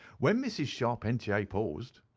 when mrs. charpentier paused,